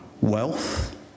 wealth